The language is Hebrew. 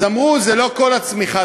אז אמרו: זה לא כל הצמיחה,